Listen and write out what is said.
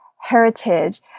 heritage